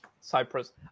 Cyprus